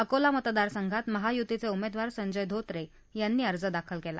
अकोला मतदार संघात महायूतीचे उमेदवार संजय धोत्रे यांनी अर्ज दाखल केला